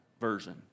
version